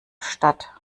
statt